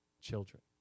children